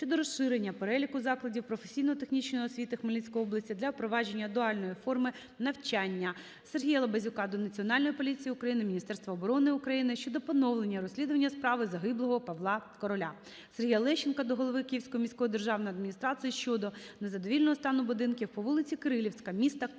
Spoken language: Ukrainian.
щодо розширення переліку закладів професійно-технічної освіти Хмельницької області для впровадження дуальної форми навчання. Сергія Лабазюка до Національної поліції України, Міністерства оборони України щодо поновлення розслідування справи загиблого Павла Короля. Сергія Лещенка до голови Київської міської державної адміністрації щодо незадовільного стану будинків по вулиці Кирилівська міста Києва.